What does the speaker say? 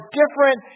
different